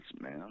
man